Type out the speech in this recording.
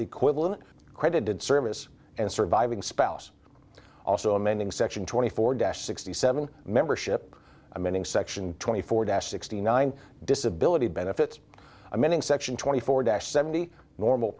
equivalent credited service and surviving spouse also amending section twenty four deaths sixty seven membership amending section twenty four dash sixty nine disability benefits amending section twenty four seventy normal